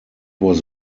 was